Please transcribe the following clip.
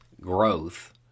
growth